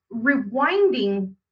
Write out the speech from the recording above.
Rewinding